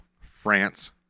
France